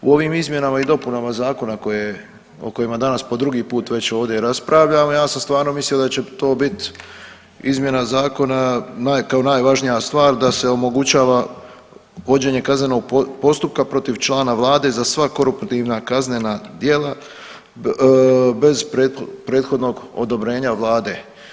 U ovim izmjenama i dopunama zakona koje, o kojima danas po drugi put već ovdje raspravljamo ja sam stvarno mislio da će to bit izmjena zakona kao najvažnija stvar da se omogućava vođenje kaznenog postupka protiv člana vlade za sva koruptivna kaznena djela bez prethodnog odobrenja vlade.